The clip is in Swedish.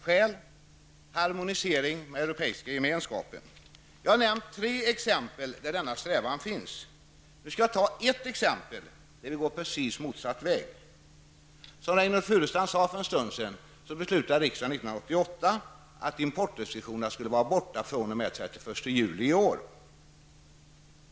Skäl -- harmonisering till Här har jag nämnt tre exempel där denna strävan finns. Nu vill jag ta ett exempel där vi går precis motsatt väg. Som Reynoldh Furustrand sade för en stund sedan beslutade riksdagen under 1988 att de återstående importrestriktionerna för tekovaror skulle slopas den 31 juli i år.